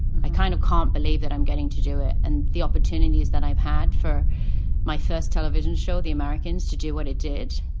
i kind of can't believe that i'm getting to do it. and the opportunities that i've had for my first television show, the americans, to do what it did,